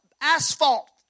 asphalt